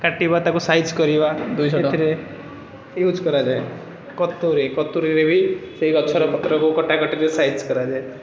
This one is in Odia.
କାଟିବା ତାକୁ ସାଇଜ୍ କରିବା ଏହିସବୁ ଏଥିରେ ୟୁଜ୍ କରାଯାଏ କତୁରି କତୁରିରେ ବି ସେଇ ଗଛର ପତ୍ରକୁ କଟା କଟିରେ ସାଇଜ୍ କରାଯାଏ